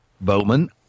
Bowman